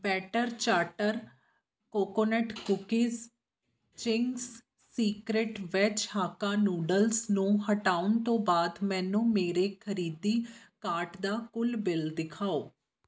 better chatter coconut cookies Ching's secret veg hakka noodles ਨੂੰ ਹਟਾਉਣ ਤੋਂ ਬਾਅਦ ਮੈਨੂੰ ਮੇਰੇ ਖਰੀਦੀ ਕਾਰਟ ਦਾ ਕੁੱਲ ਬਿੱਲ ਦਿਖਾਓ